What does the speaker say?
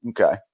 Okay